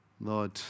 Lord